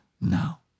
now